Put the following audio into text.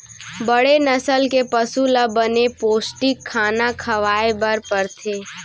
बड़े नसल के पसु ल बने पोस्टिक खाना खवाए बर परथे